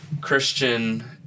Christian